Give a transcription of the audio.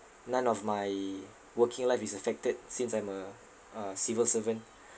none of my working life is affected since I'm a uh civil servant